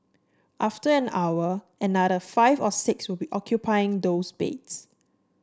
after an hour another five or six will be occupying those beds